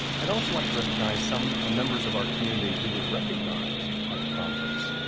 i'd also like to recognize some ah members of our community who were recognized at the conference.